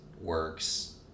works